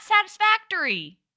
satisfactory